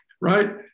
right